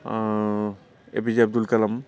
आह APJ Abdul खालाम